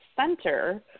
center